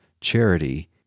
charity